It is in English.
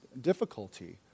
difficulty